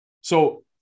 So-